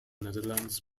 netherlands